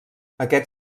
aquest